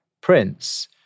prince